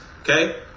okay